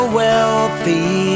wealthy